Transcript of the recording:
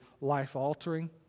life-altering